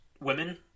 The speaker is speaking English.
women